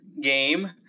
game